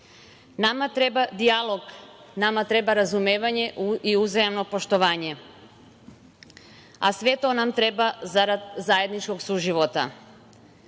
treba dijalog, nama treba razumevanje i uzajamno poštovanje, a sve to nam treba zarad zajedničkog suživota. Mi